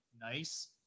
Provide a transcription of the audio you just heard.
nice